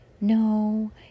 no